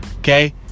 Okay